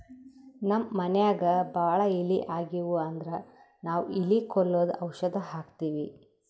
ನಮ್ಮ್ ಮನ್ಯಾಗ್ ಭಾಳ್ ಇಲಿ ಆಗಿವು ಅಂದ್ರ ನಾವ್ ಇಲಿ ಕೊಲ್ಲದು ಔಷಧ್ ಹಾಕ್ತಿವಿ